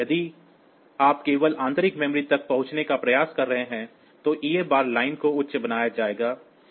यदि आप केवल आंतरिक मेमोरी तक पहुंचने का प्रयास कर रहे हैं तो EA बार लाइन को उच्च बनाया जाएगा